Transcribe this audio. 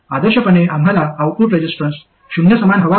आदर्शपणे आम्हाला output resistance शून्य समान हवा होता